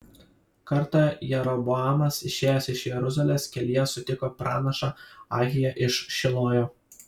kartą jeroboamas išėjęs iš jeruzalės kelyje sutiko pranašą ahiją iš šilojo